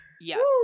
Yes